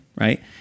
right